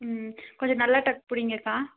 ம் கொஞ்சம் நல்லா டக் பிடிங்கக்கா